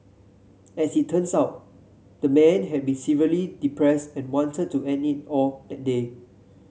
as it turns out the man had been severely depressed and wanted to end it all that day